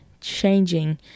changing